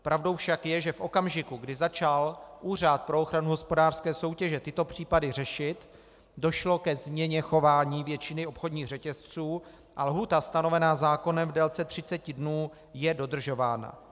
Pravdou však je, že v okamžiku, kdy začal Úřad pro ochranu hospodářské soutěže tyto případy řešit, došlo ke změně chování většiny obchodních řetězců a lhůta stanovená zákonem v délce 30 dnů je dodržována.